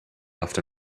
left